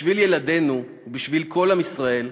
בשביל ילדינו ובשביל כל עם ישראל,